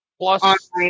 Plus